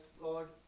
Lord